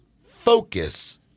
Focus